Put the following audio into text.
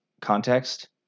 context